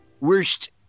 Worst